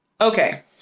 Okay